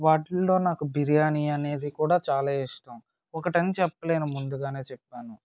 వాటిల్లో నాకు బిర్యానీ అనేది కూడా చాలా ఇష్టం ఒకటన్ చెప్పలేను ముందుగానే చెప్పాను